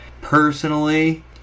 Personally